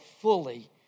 fully